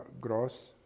gross